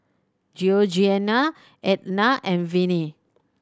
Georgeanna Ednah and Viney